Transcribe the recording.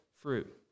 fruit